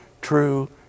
true